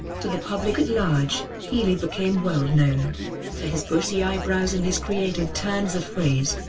to the public at large, healey became well known for his bushy eyebrows and his creative turns of phrase.